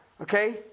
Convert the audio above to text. Okay